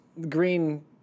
green